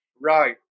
Right